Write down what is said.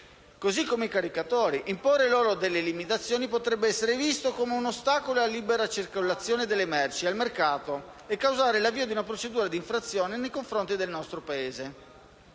così come i caricatori, e imporre loro delle limitazioni potrebbe essere visto come un ostacolo alla libera circolazione delle merci e al mercato e causare l'avvio di una procedura d'infrazione nei confronti del nostro Paese.